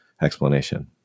explanation